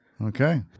Okay